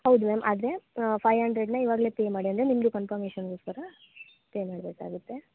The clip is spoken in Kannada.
ಹೌದ್ ಮ್ಯಾಮ್ ಆದರೆ ಫೈ ಹಂಡ್ರೆಡ್ನ ಇವಾಗ್ಲೆ ಪೇ ಮಾಡಿ ಅಂದರೆ ನಿಮಗೆ ಕನ್ಫಾರ್ಮೆಶನ್ಗೋಸ್ಕರ ಪೇ ಮಾಡ್ಬೇಕಾಗುತ್ತೆ